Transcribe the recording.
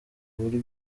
muri